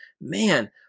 Man